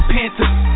Panthers